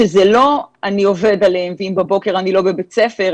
שיתנו כללים ברורים שיאפשרו לכם לחזור ללימודים כמה שיותר מהר.